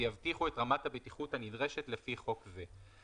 ויבטיחו את רמת הבטיחות הנדרשת לפי חוק זה.